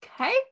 Okay